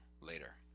later